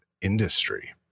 industry